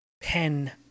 pen